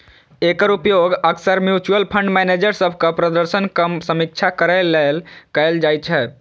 एकर उपयोग अक्सर mutual fund manager सभक प्रदर्शनक समीक्षा करै लेल कैल जाइ छै